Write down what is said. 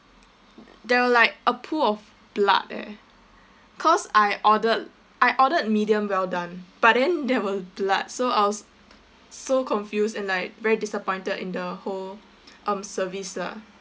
there were like a pool of blood eh cause I ordered I ordered medium well done but then there were blood so I was so confused and like very disappointed in the whole um service lah